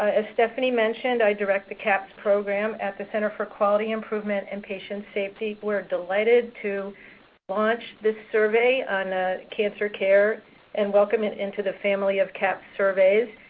ah as stephanie mentioned, i direct the cahps program at the center for quality improvement and patient safety. we're delighted to launch this survey on ah cancer care and welcome it into the family of cahps surveys.